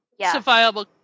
Justifiable